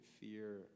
fear